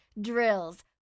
drills